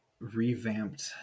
revamped